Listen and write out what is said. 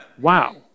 Wow